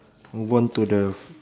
move on to the